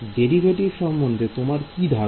derivative সম্বন্ধে তোমার কি ধারনা